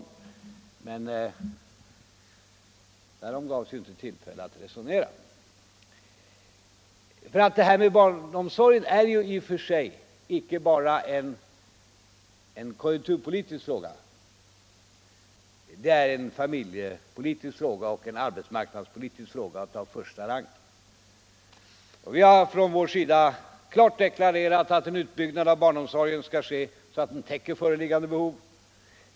Men därom gavs det inte tillfälle att resonera. Frågan om barnomsorgen är ju icke bara en konjunkturpolitisk fråga. Det är en familjepolitisk fråga och en arbetsmarknadspolitisk fråga av första rang. Vi har på vår sida klart deklarerat att en sådan utbyggnad av barnomsorgen skall ske att den täcker föreliggande behov.